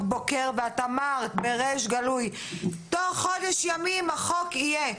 בוקר ואת אמרת בריש גלי תוך חודש ימים החוק יהיה.